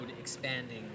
expanding